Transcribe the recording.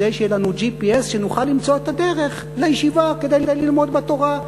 כדי שיהיה לנו GPS שנוכל למצוא את הדרך לישיבה כדי ללמוד בה תורה,